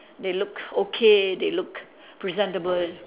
they look okay they look presentable